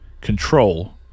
control